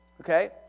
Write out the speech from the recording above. Okay